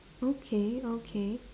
okay okay